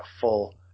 full